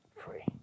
free